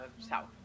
south